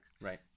Right